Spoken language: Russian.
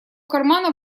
кармана